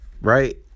right